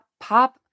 pop